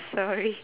sorry